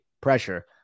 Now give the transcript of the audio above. pressure